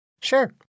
Sure